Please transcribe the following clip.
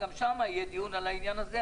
גם שם יהיה דיון על העניין הזה,